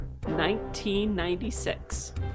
1996